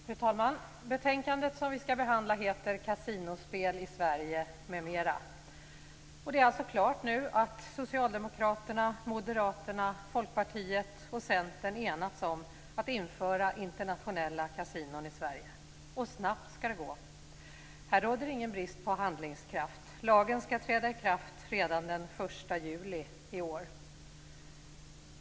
Fru talman! Det betänkande som vi nu skall behandla har rubriken Kasinospel i Sverige m.m. Det är alltså nu klart att Socialdemokraterna, Moderaterna, Folkpartiet och Centern enats om att införa internationella kasinon i Sverige. Och snabbt skall det gå. Här råder ingen brist på handlingskraft. Lagen skall träda i kraft redan den 1 juli i år.